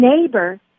neighbor